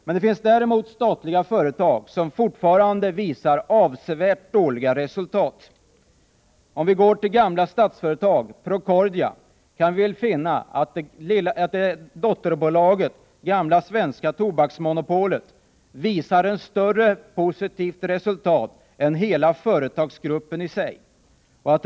Det finns däremot statliga företag som fortfarande visar avsevärt dåliga resultat. Om vi går till gamla Statsföretag, Procordia, kan vi finna att dotterbolaget gamla Svenska Tobaksmonopolet visar större positivt resultat än hela företagsgruppen i sig.